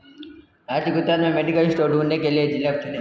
राज्य गुजरात में medical store ढूँढने के लिए जिला को चुनें